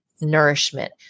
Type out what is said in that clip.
nourishment